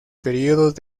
períodos